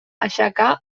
aixecar